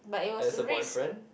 as a boyfriend